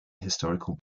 historical